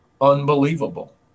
unbelievable